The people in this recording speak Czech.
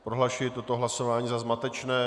Prohlašuji toto hlasování za zmatečné.